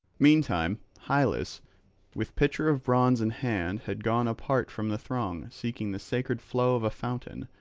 meantime hylas with pitcher of bronze in hand had gone apart from the throng, seeking the sacred flow of a fountain,